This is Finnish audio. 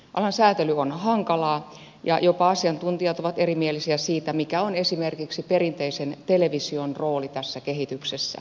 alan säätely on hankalaa ja jopa asiantuntijat ovat erimielisiä siitä mikä on esimerkiksi perinteisen television rooli tässä kehityksessä